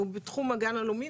והוא בתחום הגן הלאומי.